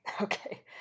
Okay